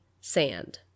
sand